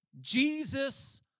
Jesus